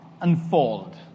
unfold